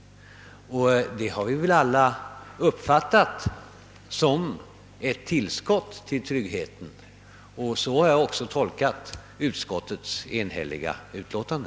Det har vi väl alla uppfattat som ett tillskott till tryggheten. Så har jag också tolkat utskottets enhälliga utlåtande.